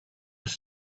was